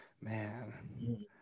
Man